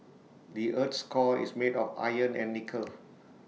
the Earth's core is made of iron and nickel